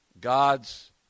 God's